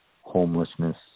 homelessness